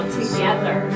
together